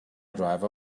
driver